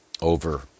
over